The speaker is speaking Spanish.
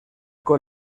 con